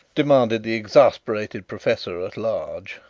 demanded the exasperated professor at large.